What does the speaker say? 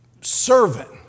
servant